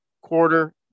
quarter